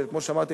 כמו שאמרתי,